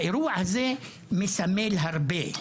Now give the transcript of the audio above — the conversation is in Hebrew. האירוע הזה מסמל הרבה.